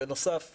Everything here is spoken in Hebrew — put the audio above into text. בנוסף,